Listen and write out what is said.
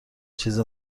چیز